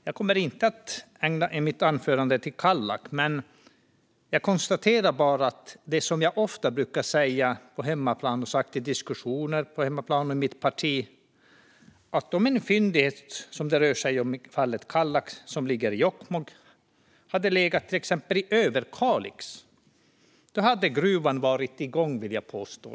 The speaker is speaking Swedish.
Jag kommer inte att ägna mitt anförande åt Kallak, men jag konstaterar det som jag brukar säga och som jag ofta har sagt i diskussioner på hemmaplan och i mitt parti: Om en fyndighet som den det rör sig om i fallet Kallak, som ligger i Jokkmokk, hade legat i till exempel Överkalix hade gruvan redan varit igång, vill jag påstå.